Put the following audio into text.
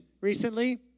recently